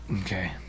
Okay